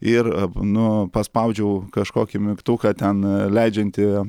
ir nu paspaudžiau kažkokį mygtuką ten leidžiantį